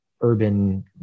urban